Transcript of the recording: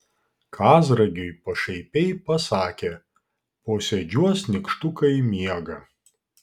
kazragiui pašaipiai pasakė posėdžiuos nykštukai miega